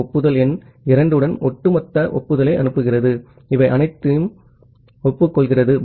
B ஒப்புதல் எண் 2 உடன் ஒட்டுமொத்த ஒப்புதலை அனுப்புகிறது இது 2 பைட் வரை அனைத்தையும் ஒப்புக்கொள்கிறது